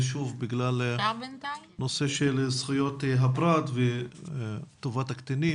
שוב, בגלל נושא של זכויות הפרט וטובת הקטינים,